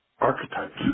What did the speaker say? archetypes